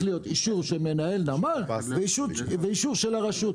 להיות אישור של מנהל נמל ואישור של הרשות.